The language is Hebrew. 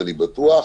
אני בטוח,